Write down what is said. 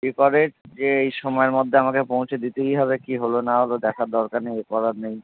এ করে যে এই সময়ের মধ্যে আমাকে পৌঁছে দিতেই হবে কী হলো না হলো দেখার দরকার নেই এ করার নেই